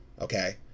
Okay